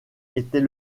était